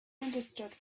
understood